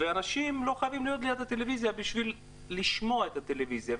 ואנשים לא חייבים להיות ליד הטלוויזיה בשביל לשמוע את הטלוויזיה.